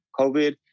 COVID